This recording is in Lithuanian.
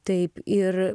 taip ir